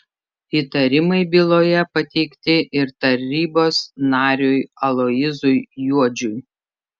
įtarimai byloje pateikti ir tarybos nariui aloyzui juodžiui